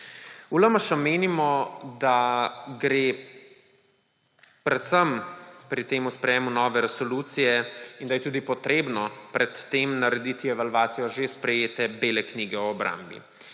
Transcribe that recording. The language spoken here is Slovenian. V LMŠ menimo, da gre predvsem pri tem sprejemu nove resolucije in da je tudi potrebno pred tem narediti evalvacijo že sprejete Bele knjige o obrambi.